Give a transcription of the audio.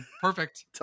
Perfect